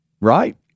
Right